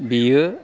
बेयो